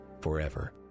forever